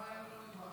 לא היה ולא נברא.